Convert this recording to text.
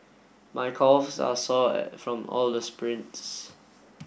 my calves are sore from all the sprints